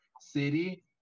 City